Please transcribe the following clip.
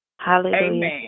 Hallelujah